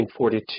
1942